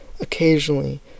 occasionally